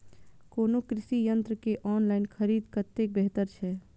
कोनो कृषि यंत्र के ऑनलाइन खरीद कतेक बेहतर छै?